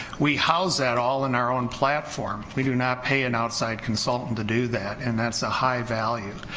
we house that all in our own platform, we do not pay an outside consultant to do that, and that's a high value,